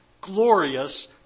glorious